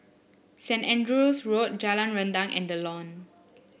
Saint Andrew's Road Jalan Rendang and The Lawn